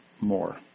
more